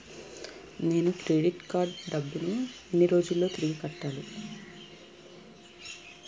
నేను credit card డబ్బును ఎన్ని రోజుల్లో తిరిగి కట్టాలి?